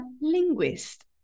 linguist